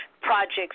projects